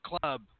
club